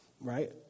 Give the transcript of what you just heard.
right